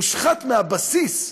מושחת מהבסיס,